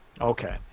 Okay